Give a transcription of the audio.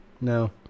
No